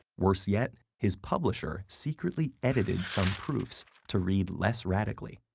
worse yet, his publisher secretly edited some proofs to read less radically.